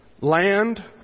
land